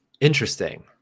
Interesting